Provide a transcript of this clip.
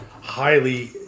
highly